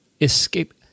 escape